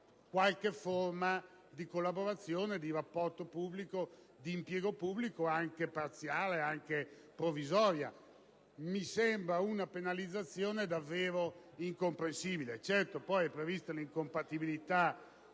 qualche forma di collaborazione e di rapporto di impiego pubblico, anche parziale e provvisorio. Mi sembra una penalizzazione davvero incomprensibile. Certo, poi è prevista l'incompatibilità